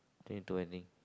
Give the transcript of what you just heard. twenty two I think